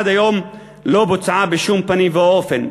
עד היום לא בוצעה בשום פנים ואופן,